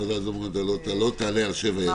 " (ג)